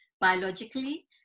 biologically